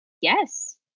Yes